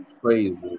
crazy